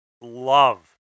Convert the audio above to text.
love